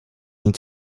nic